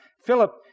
Philip